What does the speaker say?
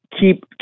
keep